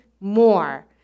more